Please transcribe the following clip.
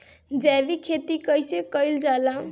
जैविक खेती कईसे कईल जाला?